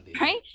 Right